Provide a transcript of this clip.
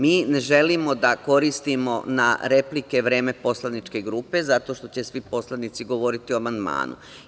Mi ne želimo da koristimo na replike vreme poslaničke grupe, zato što će svi poslanici govoriti o amandmanu.